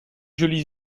jolis